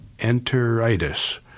Enteritis